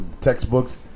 textbooks